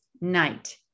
night